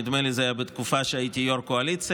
נדמה לי שזה היה בתקופה שהייתי יו"ר קואליציה.